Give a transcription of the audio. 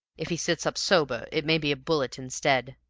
if he sits up sober, it may be a bullet instead.